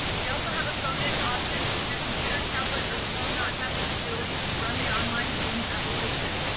we also have a phone-in option should your computer, tablet, or phone not have capabilities to run the online zoom application.